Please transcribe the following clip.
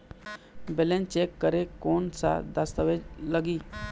Balance check करें कोन सा दस्तावेज लगी?